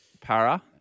Para